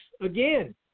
again